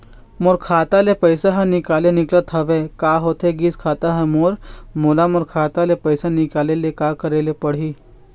मोर खाता ले पैसा हर निकाले निकलत हवे, का होथे गइस खाता हर मोर, मोला मोर खाता ले पैसा निकाले ले का करे ले पड़ही?